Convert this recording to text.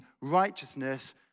righteousness